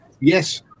Yes